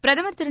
பிரதமர் திரு